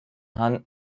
hand